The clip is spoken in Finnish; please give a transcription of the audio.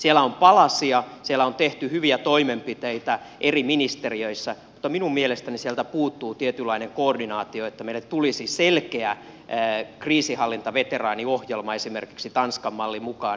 siellä on palasia siellä on tehty hyviä toimenpiteitä eri ministeriöissä mutta minun mielestäni sieltä puuttuu tietynlainen koordinaatio että meille tulisi selkeä kriisinhallintaveteraaniohjelma esimerkiksi tanskan mallin mukaan